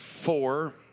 four